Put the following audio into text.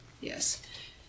Yes